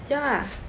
ya